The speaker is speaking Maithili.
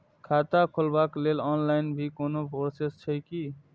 खाता खोलाबक लेल ऑनलाईन भी कोनो प्रोसेस छै की?